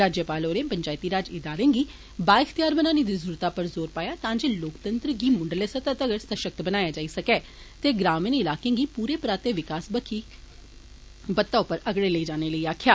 राज्यपाल होरें पंचैती राज इदारें गी वाइखतेयार बनाने दी जरुरता उप्पर पाया तां जे लोकतंत्र गी मुंडले स्तर तक्कर सषक्त बनाया जाई सकै ते ग्रामीण इलाकें गी पूरे पराते विकास बक्खी लेई वत्ता उप्पर लेई जाने लेई आक्खेआ